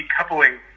decoupling